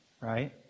Right